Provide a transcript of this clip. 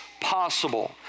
possible